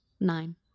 Nine